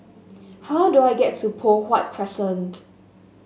how do I get to Poh Huat Crescent